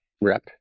rep